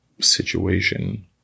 situation